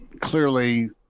clearly